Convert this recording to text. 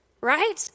right